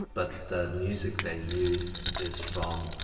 but the music they use is from.